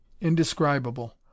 indescribable